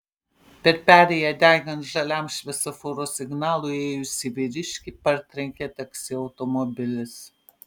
per perėją degant žaliam šviesoforo signalui ėjusį vyriškį partrenkė taksi automobilis